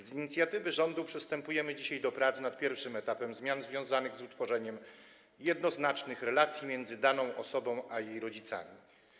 Z inicjatywy rządu przystępujemy dzisiaj do prac nad pierwszym etapem zmian związanych z utworzeniem jednoznacznych relacji między daną osobą a jej rodzicami.